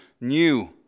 new